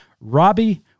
Robbie